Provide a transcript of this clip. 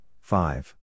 five